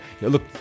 look